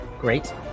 Great